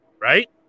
right